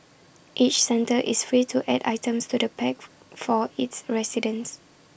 each centre is free to add items to the packs for its residents